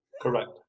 Correct